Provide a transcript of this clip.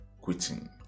quitting